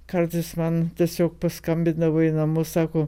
kartais man tiesiog paskambindavo į namus sako